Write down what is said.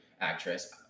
actress